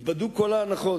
התבדו כל ההנחות,